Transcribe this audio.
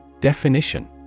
Definition